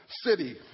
city